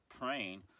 praying